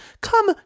come